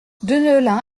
deneulin